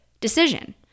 decision